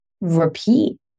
repeat